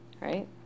right